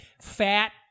Fat